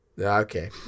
Okay